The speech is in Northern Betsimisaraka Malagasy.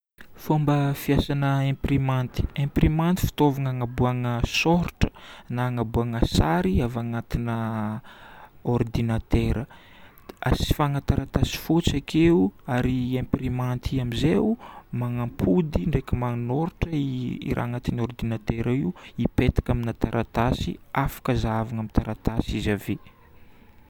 Fomba fiasana imprimante. Imprimante fitaovagna anaboahana sôratra na anaboahana sary avy agnatina ordinatera. Asivana taratasy fotsy akeo ary imprimante amin'izay manampody ndraiky manoratra raha agnatin'ny ordinatera io hipetaka amina taratasy. Afaka zahavina amin'ny taratasy izy ave.